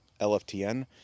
lftn